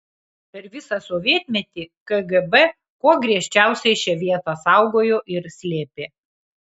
per visą sovietmetį kgb kuo griežčiausiai šią vietą saugojo ir slėpė